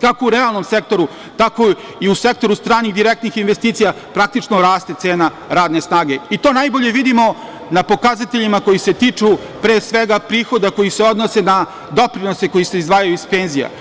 kako u realnom sektoru, tako i u sektoru stranih direktnih investicija, praktično raste cena radne snage, i to najbolje vidimo na pokazateljima koji se tiču, pre svega, prihoda koji se odnose na doprinose koji se izdvajaju iz penzija.